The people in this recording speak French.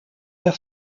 pair